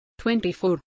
24